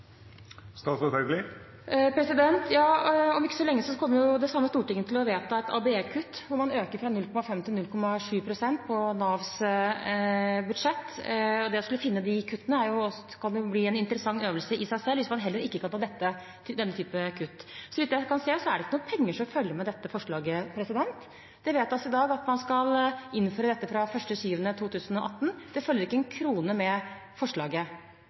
Om ikke så lenge kommer det samme stortinget til å vedta et ABE-kutt, hvor man øker fra 0,5 til 0,7 pst. på Navs budsjett, og det å skulle finne de kuttene kan jo bli en interessant øvelse i seg selv, hvis man heller ikke kan ta denne type kutt. Så vidt jeg kan se, følger det ikke noen penger med dette forslaget. Det vedtas i dag at man skal innføre dette fra 1. juli 2018, men det følger ikke én krone med forslaget.